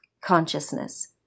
consciousness